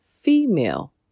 female